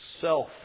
self